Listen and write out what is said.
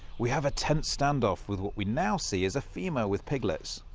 we have a tense stand off with what we now see is a female with piglets.